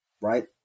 Right